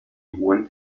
hohen